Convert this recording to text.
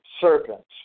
serpents